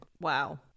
Wow